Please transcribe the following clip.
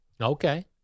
Okay